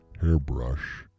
hairbrush